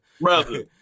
brother